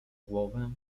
głowę